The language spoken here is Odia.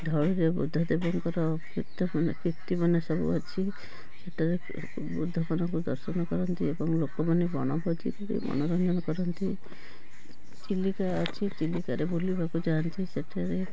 ଧଉଳିରେ ବୁଦ୍ଧଦେବଙ୍କର କୀର୍ତ୍ତି କୀର୍ତ୍ତିମାନ ସବୁ ଅଛି ସେଠାରେ ବୁଦ୍ଧଦେବଙ୍କୁ ଦର୍ଶନ କରନ୍ତି ଏବଂ ଲୋକମାନେ ବଣଭୋଜି କରି ମନୋରଞ୍ଜନ କରନ୍ତି ଚିଲିକା ଅଛି ଚିଲିକାରେ ବୁଲିବାକୁ ଯାଆନ୍ତି ସେଠାରେ